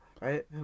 right